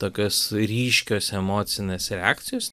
tokios ryškios emocinės reakcijos